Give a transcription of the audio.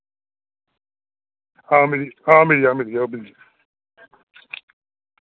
हां मिल हां मिल्ली जाग मिल्ली जाग